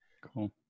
cool